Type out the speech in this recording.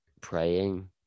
Praying